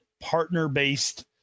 partner-based